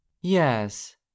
yes